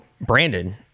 brandon